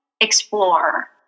explore